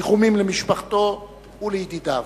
ניחומים למשפחתו ולידידיו.